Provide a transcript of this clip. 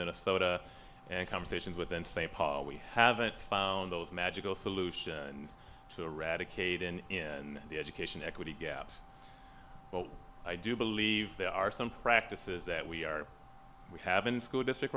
minnesota and competition with in st paul we haven't found those magical solution to eradicate in the education equity gaps but i do believe there are some practices that we are we have in school district